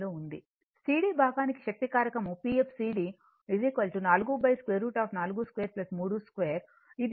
cd భాగానికి శక్తి కారకం PFcd 4 √ 4 2 32 ఇది 0